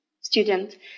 student